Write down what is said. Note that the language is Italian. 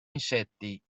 insetti